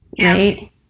right